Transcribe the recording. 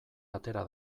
atera